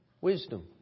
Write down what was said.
Wisdom